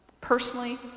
personally